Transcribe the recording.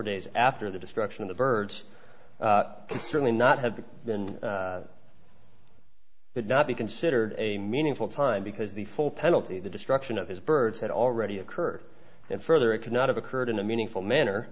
days after the destruction of the birds could certainly not have been could not be considered a meaningful time because the full penalty the destruction of his birds had already occurred and further it could not have occurred in a meaningful manner